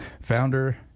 founder